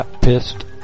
pissed